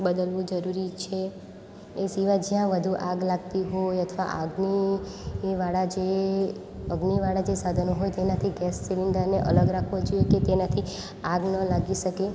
બદલવું જરૂરી છે એ સિવાય જ્યાં વધુ આગ લાગતી હોય અથવા આગની જ્વાળા જે અગ્નિવાળા જે સાધનો હોય તેનાથી ગેસ સિલેન્ડરને અલગ રાખવો જોઈએ કે તેનાથી આગ ન લાગી શકે